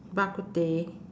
bak kut teh